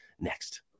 Next